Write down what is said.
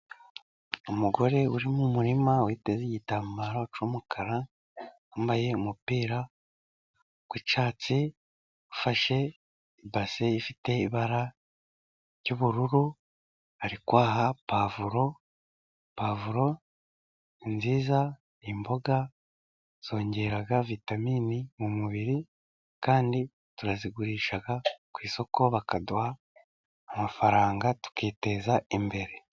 Umugore uri mu murima witeze igitambaro cy'umukara wambaye umupira w' icyatsi, ufashe ibase ifite ibara ry'ubururu ari kwaha pavuro. Pavuro nziza, imboga zongera vitamine mu mubiri kandi turazigurisha ku isoko, bakaduha amafaranga tukiteza imbere.